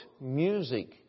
music